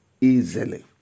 easily